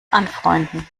anfreunden